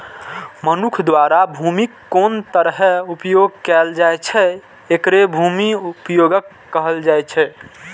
मनुक्ख द्वारा भूमिक कोन तरहें उपयोग कैल जाइ छै, एकरे भूमि उपयोगक कहल जाइ छै